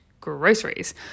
groceries